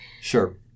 Sure